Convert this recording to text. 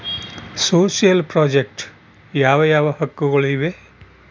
Social project ಯಾವ ಯಾವ ಹಕ್ಕುಗಳು ಇವೆ?